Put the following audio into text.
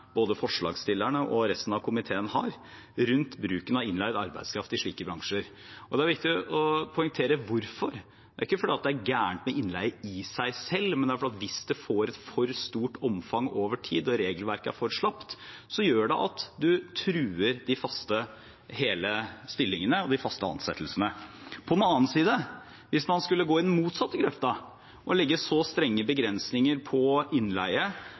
både forslagsstillerne og resten av komiteen har rundt bruken av innleid arbeidskraft i slike bransjer, og det er viktig å poengtere hvorfor. Det er ikke fordi det er noe galt med innleie i seg selv, men fordi det – hvis det får et for stort omfang over tid og regelverket er for slapt – gjør at man truer de faste, hele stillingene og de faste ansettelsene. På den annen side, hvis man skulle gå i den motsatte grøfta og legge så strenge begrensninger på innleie